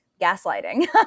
gaslighting